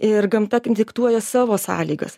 ir gamta diktuoja savo sąlygas